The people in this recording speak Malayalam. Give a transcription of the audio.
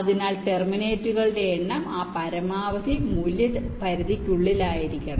അതിനാൽ ടെർമിനേറ്റുകളുടെ എണ്ണം ആ പരമാവധി മൂല്യ പരിധിക്കുള്ളിലായിരിക്കണം